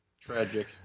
Tragic